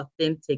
authentic